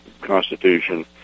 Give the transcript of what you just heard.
Constitution